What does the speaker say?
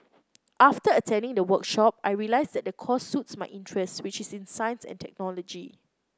after attending the workshop I realised that the course suits my interest which is in science and technology